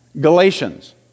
Galatians